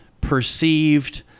perceived